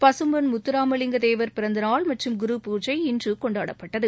பசும்பொன் முத்தராமலிங்கத்தேவர் பிறந்தநாள் மற்றும் குருபூஜஐ இன்றுகொண்டாடப்பட்டது